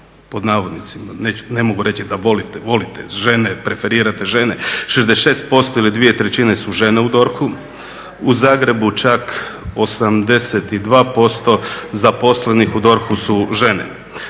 pod navodnicima ne mogu reći da volite, volite žene, preferirate žene 66% ili 2/3 su žene u DORH-u. U Zagrebu čak 82% zaposlenih u DORH-u su žene.